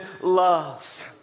love